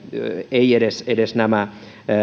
eivät edes nämä